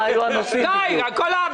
אחמד טיבי לא מבסוט כי הוא לא יכול להצביע על